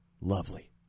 lovely